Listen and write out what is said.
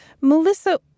Melissa